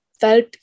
felt